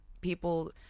people